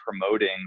promoting